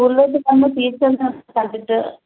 സ്കൂളിലോട്ട് വന്നു ടീച്ചറിനെ ഒന്ന് കണ്ടിട്ട്